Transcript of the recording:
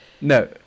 No